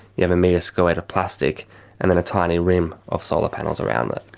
you have a metre-squared of plastic and then a tiny rim of solar panels around it.